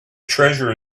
treasure